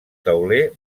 tauler